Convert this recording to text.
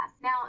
Now